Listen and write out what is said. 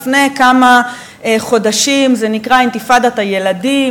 לפני כמה חודשים זה נקרא "אינתיפאדת הילדים",